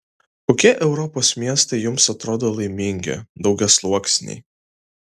kokie europos miestai jums atrodo laimingi daugiasluoksniai